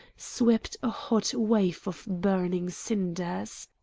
swept a hot wave of burning cinders.